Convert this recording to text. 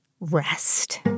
rest